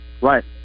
Right